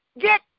get